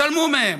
התעלמו מהם.